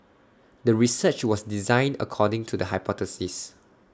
the research was designed according to the hypothesis